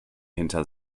hinter